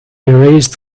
erased